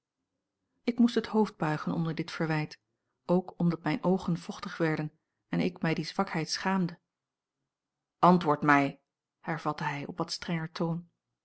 ik moest het hoofd buigen onder dit verwijt ook omdat mijne oogen vochtig werden en ik mij die zwakheid schaamde antwoord mij hervatte hij op wat strenger toon